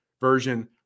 version